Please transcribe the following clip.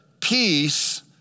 peace